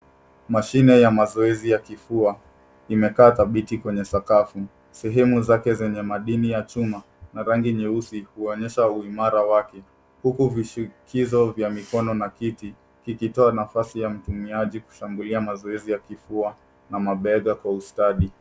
Mashine ya mazoezi ya kifua imekaa dhabiti kwenye sakafu, sehemu zake zenye madini ya chuma na rangi nyeusi huonyesha uimara wake huku vishikizo vya mikono na kiti kikitoa nafasi ya mtumiaji kushambulia mazoezi ya kifua na mabega kwa ustadi.